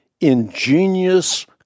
ingenious